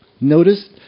Notice